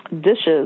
dishes